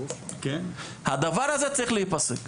הדבר הזה צריך להיפסק.